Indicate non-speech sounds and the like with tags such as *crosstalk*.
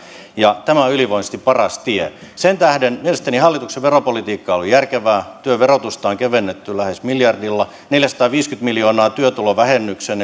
tämä on ylivoimaisesti paras tie sen tähden mielestäni hallituksen veropolitiikka on ollut järkevää työn verotusta on kevennetty lähes miljardilla neljäsataaviisikymmentä miljoonaa työtulovähennyksen *unintelligible*